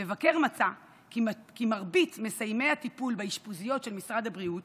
המבקר מצא כי מרבית מסיימי הטיפול באשפוזיות של משרד הבריאות